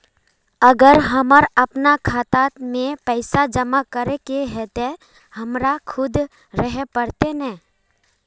अगर हमर अपना खाता में पैसा जमा करे के है ते हमरा खुद रहे पड़ते ने?